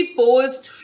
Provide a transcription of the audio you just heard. post